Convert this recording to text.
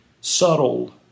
subtle